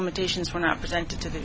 limitations were not presented to the